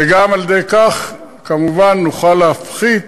וגם על-ידי כך כמובן נוכל להפחית